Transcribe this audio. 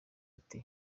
ati